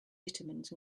vitamins